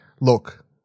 look